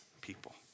people